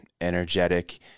energetic